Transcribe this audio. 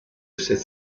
cette